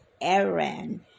Aaron